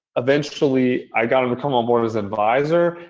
eventually, i got him to come on board as advisor.